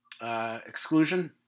exclusion